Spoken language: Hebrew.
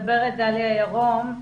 מדברת דליה ירום,